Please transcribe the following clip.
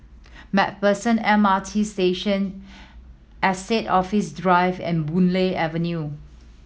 Macpherson M R T Station Estate Office Drive and Boon Lay Avenue